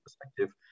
perspective